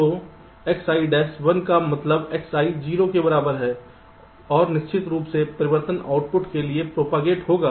तो Xi dash 1 का मतलब Xi 0 के बराबर है और निश्चित रूप से परिवर्तन आउटपुट के लिए प्रोपागेट होगा